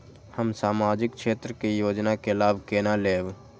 हम सामाजिक क्षेत्र के योजना के लाभ केना लेब?